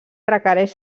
requereix